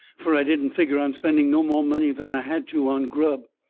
fur i didn't figger on spending no more money than i had to on grub.